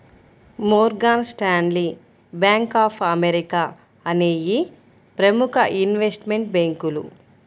Morgan Stanley, bank of America అనేయ్యి ప్రముఖ investment బ్యేంకులు